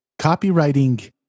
copywriting